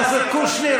חבר הכנסת קושניר,